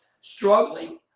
struggling